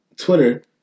Twitter